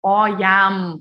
o jam